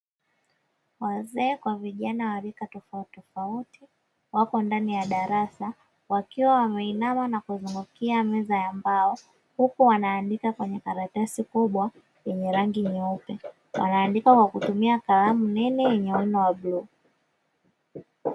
Wazee kwa vijana wa rika tofautitofauti wapo ndani ya darasa wakiwa wameinama na kuzungukia meza ya mbao huku wanaandika kwenye karatasi kubwa yenye rangi nyeupe, wanaandika kwa kutumia kalamu nene yenye wino wa bluu.